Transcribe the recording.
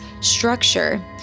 structure